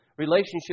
relationship